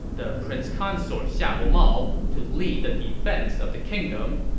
the prince consort xiahou mao to lead the defense of the kingdom,